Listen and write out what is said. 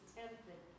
tempted